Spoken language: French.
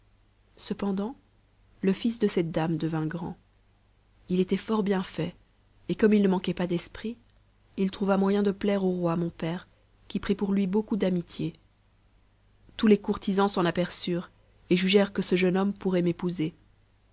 cependant le fils de cette dame devint grand il était fort bien fait et comme il ne manquait pas d'esprit il trouva moyen de plaire au roi mon père qui prit pour lui beaucoup d'amitié tous les courtisans s'en aperçurent et jugèrent que ce jeune homme pourrait m'épouser